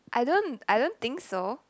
I don't I don't think so